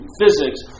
physics